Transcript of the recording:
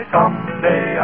Someday